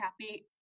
happy